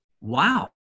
wow